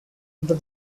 under